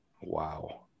Wow